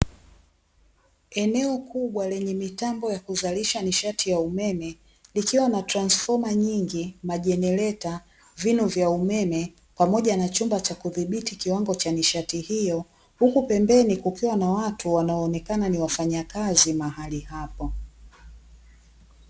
Eneo kubwa lenye mitambo ya kuzalisha nishati ya umeme likiwa na transfoma nyingi, majenereta, vinu vya umeme, pamoja na chumba cha kudhibiti kiwango cha nishati hiyo, huku pembeni kukiwa na watu wanao onekana ni wafanyakazi mahali hapo.